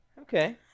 Okay